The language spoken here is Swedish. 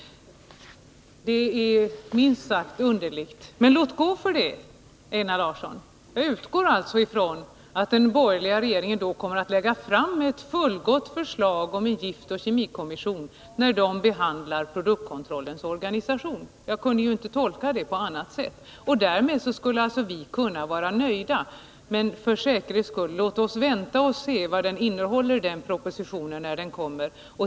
Det är minst sagt underligt. Men låt gå för det, Einar Larsson. Då utgår jag ifrån att den borgerliga regeringen när produktkontrollens organisation skall behandlas kommer att lägga fram ett fullgott förslag om en giftoch kemikommission. Jag kan inte tolka uttalandet på annat sätt. Därmed skulle vi alltså kunna vara nöjda. Men för säkerhets skull: — Nr 17 Låt oss vänta och se vad propositionen innehåller.